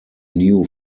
new